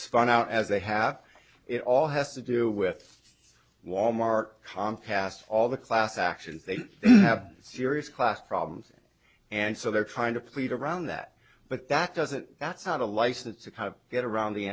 spun out as they have it all has to do with wal mart past all the class action they have serious class problems and so they're trying to plead around that but that doesn't that's not a license to kind of get around the